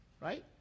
right